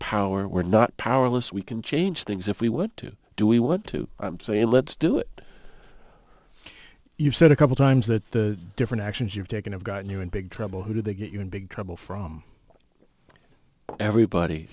power we're not powerless we can change things if we want to do we want to say let's do it you've said a couple times that the different actions you've taken have got new and big trouble who do they get you in big trouble from everybody